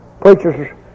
Preachers